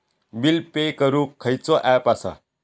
Bill pay करूक खैचो app असा?